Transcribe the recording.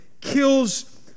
kills